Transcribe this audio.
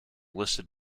listed